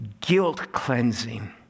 guilt-cleansing